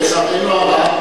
לצערנו הרב,